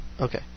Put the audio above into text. Okay